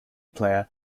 player